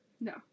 No